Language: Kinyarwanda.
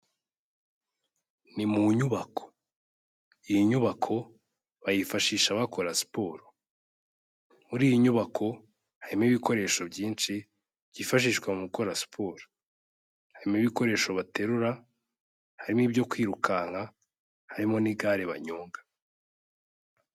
Ni mu nyubako, iyi nyubako bayifashisha bakora siporo, muri iyi nyubako harimo ibikoresho byinshi byifashishwa mu gukora siporo, harimo ibikoresho baterura, harimo ibyo kwirukanka, harimo n'igare banyonga.